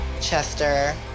Chester